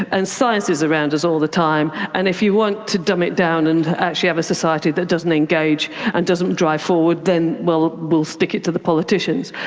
and science is around us all the time. and if you want to dumb it down and actually have a society that doesn't engage and doesn't drive forward, then, well we'll stick it to the politicians.